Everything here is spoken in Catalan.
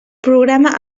programa